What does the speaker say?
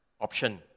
option